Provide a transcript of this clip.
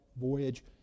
voyage